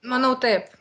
manau taip